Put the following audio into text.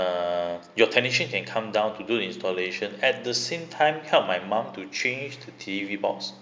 uh your technician can come down to do the installation at the same time help my mum to change the T_V box